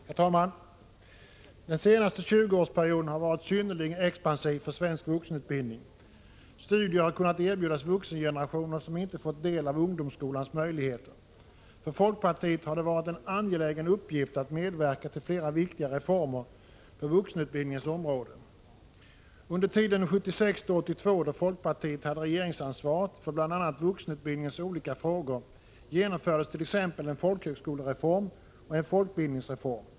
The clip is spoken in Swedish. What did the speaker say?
Herr talman! Den senaste 20-årsperioden har varit synnerligen expansiv 30 april 1986 för svensk vuxenutbildning. Studier har kunnat erbjudas vuxengenerationer som inte fått del av ungdomsskolans möjligheter. För folkpartiet har det varit en angelägen uppgift att medverka till flera viktiga reformer på vuxenutbildningens område. Under tiden 1976-1982, då folkpartiet hade regeringsansvaret för bl.a. vuxenutbildningens olika frågor, genomfördes t.ex. en folkhögskolereform och en folkbildningsreform.